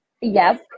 yes